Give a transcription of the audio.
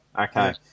Okay